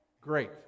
Great